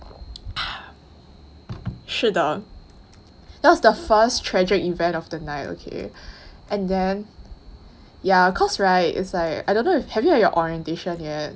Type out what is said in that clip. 是的 that was the first tragic event of the night okay and then ya cause [right] is like I don't know if have you had your orientation yet